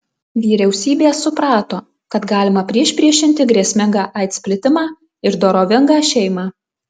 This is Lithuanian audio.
vyriausybės suprato kad galima priešpriešinti grėsmingą aids plitimą ir dorovingą šeimą